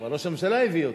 אבל ראש הממשלה הביא אותו.